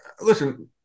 listen